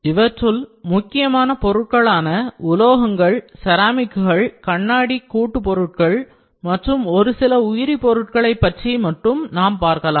இவற்றுள் முக்கியமான பொருட்களான உலோகங்கள் செராமிக்கள் கண்ணாடி கூட்டுப் பொருட்கள் மற்றும் ஒரு சில உயிரி பொருட்களை மட்டும் நாம் பார்க்கலாம்